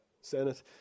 senate